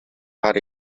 хар